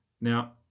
Now